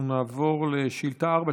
אנחנו נעבור לשאילתה מס'